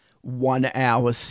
one-hour